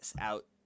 out